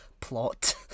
plot